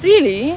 really